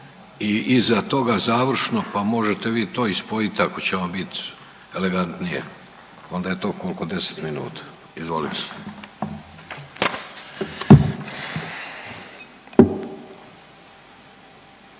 i iza toga završno pa možete vi to i spojit ako će vam biti elegantnije. Onda je to koliko, 10 minuta. Izvolite.